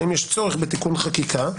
האם יש צורך בתיקון חקיקה.